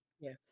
yes